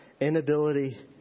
inability